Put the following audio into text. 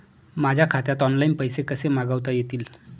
माझ्या खात्यात ऑनलाइन पैसे कसे मागवता येतील?